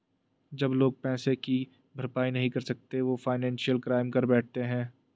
जब लोग पैसे की भरपाई नहीं कर सकते वो फाइनेंशियल क्राइम कर बैठते है